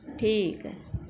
ٹھیک ہے